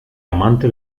amante